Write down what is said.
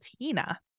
tina